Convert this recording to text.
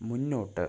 മുന്നോട്ട്